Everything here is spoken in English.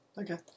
Okay